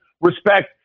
respect